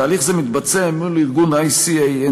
תהליך זה מתבצע מול ארגון ICANN,